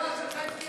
שלך הצביע בעד.